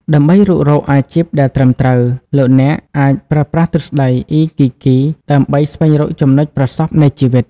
ដើម្បីរុករកអាជីពដែលត្រឹមត្រូវ លោកអ្នកអាចប្រើប្រាស់ទ្រឹស្តី អ៊ីគីហ្គី Ikigai ដើម្បីស្វែងរកចំណុចប្រសព្វនៃជីវិត។